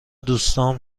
دوستام